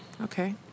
Okay